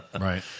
Right